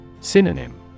Synonym